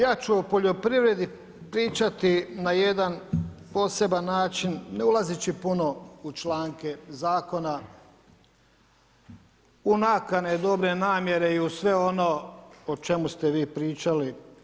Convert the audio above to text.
Ja ću o poljoprivredi pričati na jedan poseban način ne ulazeći puno u članke zakona, u nakane, dobre namjere i u sve ono o čemu ste vi pričali.